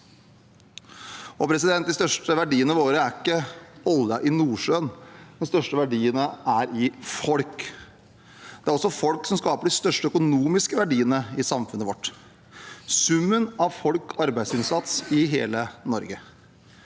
godt. Den største verdien vår er ikke oljen i Nordsjøen. Den største verdien er folk. Det er også folk som skaper de største økonomiske verdiene i samfunnet vårt, dvs. summen av folks arbeidsinnsats i hele Norge.